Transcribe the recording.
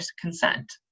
consent